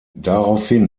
daraufhin